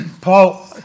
Paul